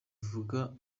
avuga